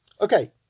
Okay